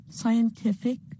scientific